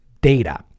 data